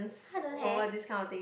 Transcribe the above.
!huh! don't have